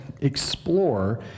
explore